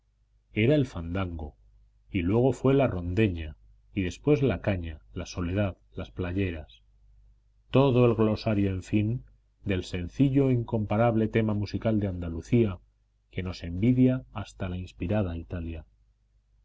era el fandango y luego fue la rondeña y después la caña la soledad las playeras todo el glosario en fin del sencillo e incomparable tema musical de andalucía que nos envidia hasta la inspirada italia